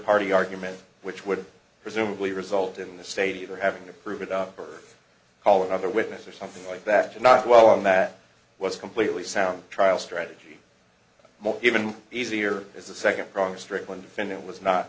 party argument which would presumably result in the state either having to prove it up or call another witness or something like that or not well and that was completely sound trial strategy even easier is the second prong strickland defendant was not